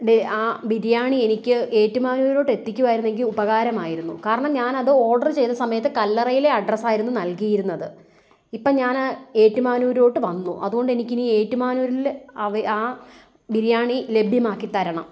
ദേ ആ ബിരിയാണി എനിക്ക് ഏറ്റുമാനൂരോട്ട് എത്തിക്കുവായിരുന്നെങ്കിൽ ഉപകാരമായിരുന്നു കാരണം ഞാനത് ഓഡർ ചെയ്ത സമയത്ത് കല്ലറയിലെ അഡ്രസ്സായിരുന്നു നൽകിയിരുന്നത് ഇപ്പം ഞാൻ ഏറ്റുമാനൂരോട്ട് വന്നു അതുകൊണ്ടെനിക്കിനി ഏറ്റുമാനൂരിൽ അവ ആ ബിരിയാണി ലഭ്യമാക്കി തരണം